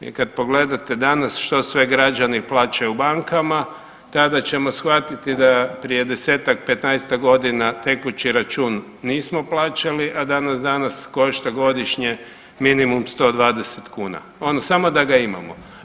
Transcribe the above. I kad pogledate danas što sve građani plaćaju bankama, tada ćemo shvatiti da prije desetak, petnaestak godina tekući račun nismo plaćali a da nas danas košta godišnje minimum 120 kuna, ono samo da ga imamo.